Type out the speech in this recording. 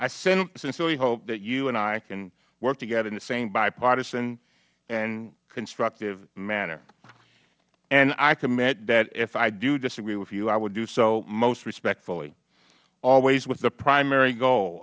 hope that you and i can work together in the same bipartisan and constructive manner and i commit that if i do disagree with you i will do so most respectfully always with the primary goal